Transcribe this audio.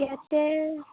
ইয়াতে